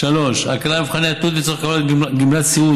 הקלה במבחני התלות לצורך קבלת גמלת סיעוד